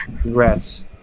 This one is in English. Congrats